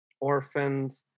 orphans